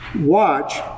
Watch